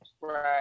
Right